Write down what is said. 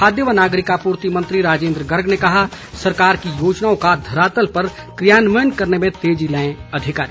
खाद्य व नागरिक आपूर्ति मंत्री राजेन्द्र गर्ग ने कहा सरकार की योजनाओं का धरातल पर क्रियान्वयन करने में तेजी लाएं अधिकारी